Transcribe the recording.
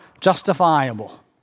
justifiable